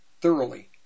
thoroughly